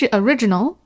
original